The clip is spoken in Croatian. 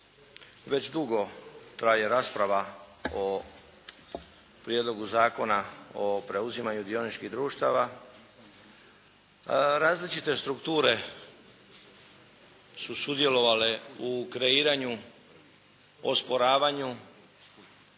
već dugo traje rasprava o Prijedlogu zakona o preuzimanju dioničkih društava. Različite strukture su sudjelovale u kreiranju, osporavanju,